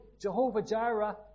Jehovah-Jireh